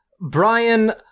Brian